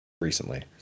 recently